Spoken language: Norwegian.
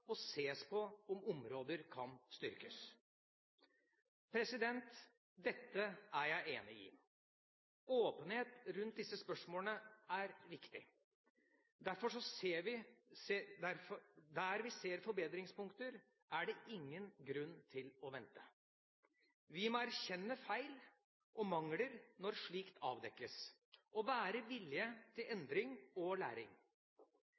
og ses på områder som kan styrkes. Dette er jeg enig i. Åpenhet rundt disse spørsmålene er viktig. Der vi ser forbedringspunkter, er det ingen grunn til å vente. Vi må erkjenne feil og mangler når slike avdekkes, og være villige til endring og læring.